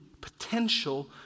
potential